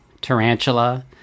Tarantula